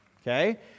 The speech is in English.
Okay